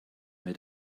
may